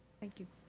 thank you.